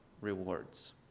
rewards